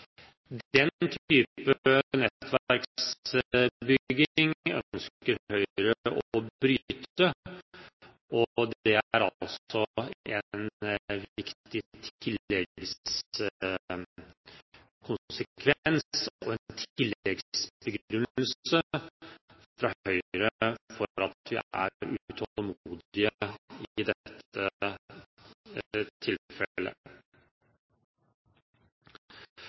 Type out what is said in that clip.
Den type nettverksbygging ønsker Høyre å bryte, og det er en viktig tilleggskonsekvens og en tilleggsbegrunnelse fra Høyre for at vi er utålmodige i